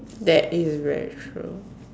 that is very true